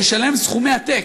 לשלם סכומי עתק.